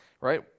Right